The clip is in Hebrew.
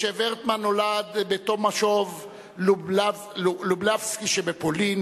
משה ורטמן נולד בטומשוב-לובלסקי שבפולין